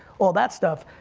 all that stuff,